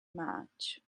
match